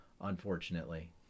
unfortunately